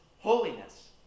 holiness